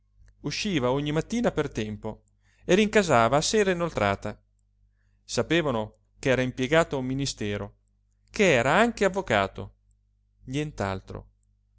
usciva ogni mattina per tempo e rincasava a sera inoltrata sapevano ch'era impiegato a un ministero ch'era anche avvocato